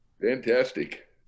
Fantastic